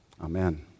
Amen